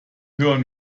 hören